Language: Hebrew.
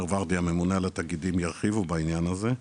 ורדי הממונה על התאגידים ירחיבו בעניין הזה,